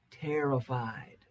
terrified